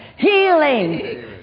Healing